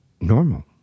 normal